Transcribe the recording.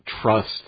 trust